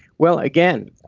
well again,